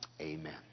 Amen